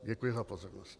Děkuji za pozornost.